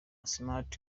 smart